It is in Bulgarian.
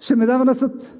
Ще ме дава на съд!